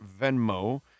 Venmo